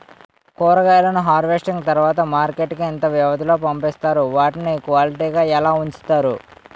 కూరగాయలను హార్వెస్టింగ్ తర్వాత మార్కెట్ కి ఇంత వ్యవది లొ పంపిస్తారు? వాటిని క్వాలిటీ గా ఎలా వుంచుతారు?